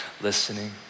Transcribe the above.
listening